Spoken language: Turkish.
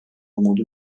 umudu